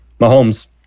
Mahomes